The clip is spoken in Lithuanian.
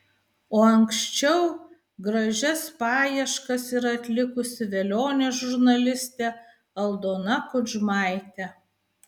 o anksčiau gražias paieškas yra atlikusi velionė žurnalistė aldona kudžmaitė